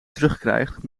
terugkrijgt